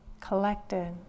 collected